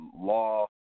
law